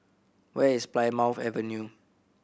where is Plymouth Avenue